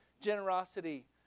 Generosity